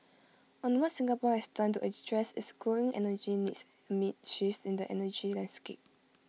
on what Singapore has done to address its growing energy needs amid shifts in the energy landscape